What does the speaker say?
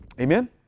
Amen